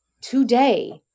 today